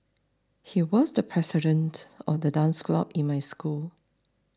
he was the president of the dance club in my school